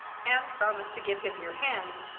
and promise to give him your hand,